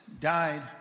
died